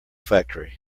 factory